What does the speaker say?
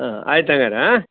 ಹಾಂ ಆಯ್ತು ಹಾಗಾರೆ ಆಂ